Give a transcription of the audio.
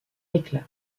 éclat